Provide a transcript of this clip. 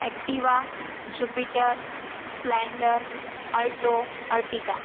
Activa jupiter splendor alto Ertiga